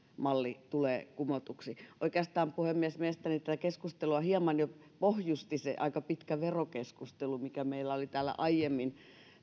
malli tulee kumotuksi oikeastaan puhemies mielestäni tätä keskustelua hieman jo pohjusti se aika pitkä verokeskustelu mikä meillä oli täällä aiemmin